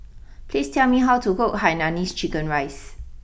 please tell me how to cook Hainanese Chicken Rice